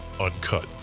uncut